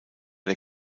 der